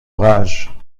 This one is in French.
rage